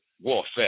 warfare